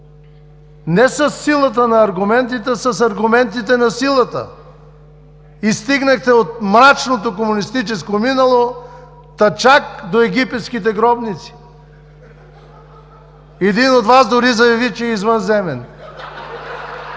не със силата на аргументите, а с аргументите на силата? И стигнахте от мрачното комунистическо минало чак до египетските гробници? Един от Вас дори заяви, че е извънземен?!